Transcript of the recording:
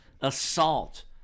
assault